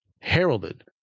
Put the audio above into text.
heralded